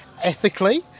Ethically